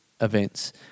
events